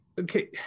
okay